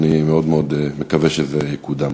אני מאוד מקווה שזה יקודם.